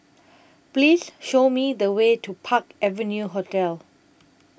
Please Show Me The Way to Park Avenue Hotel